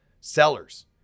Sellers